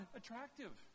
attractive